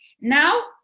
Now